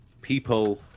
people